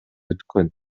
өткөн